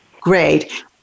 Great